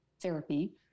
therapy